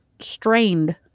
strained